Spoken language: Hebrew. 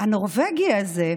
הנורבגי הזה,